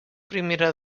primera